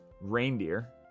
Reindeer